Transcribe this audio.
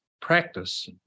practice